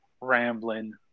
rambling